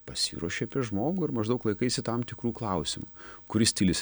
pasiruoši apie žmogų ir maždaug laikaisi tam tikrų klausimų kuris stilius